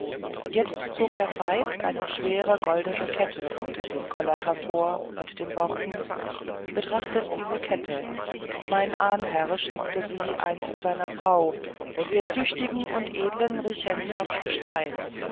jetzt zog herr veit eine schwere goldene kette unter dem goller hervor mit den worten betrachtet diese kette mein ahnherr schenkte sie einst seiner frau der züchtigen und edlen richenza vom stain